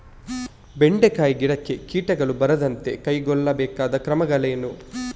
ಬೆಂಡೆಕಾಯಿ ಗಿಡಕ್ಕೆ ಕೀಟಗಳು ಬಾರದಂತೆ ಕೈಗೊಳ್ಳಬೇಕಾದ ಕ್ರಮಗಳೇನು?